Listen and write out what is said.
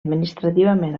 administrativament